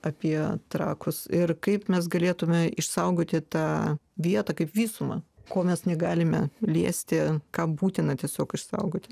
apie trakus ir kaip mes galėtume išsaugoti tą vietą kaip visumą ko mes negalime liesti ką būtina tiesiog išsaugoti